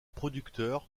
producteur